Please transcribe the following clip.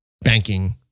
banking